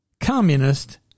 communist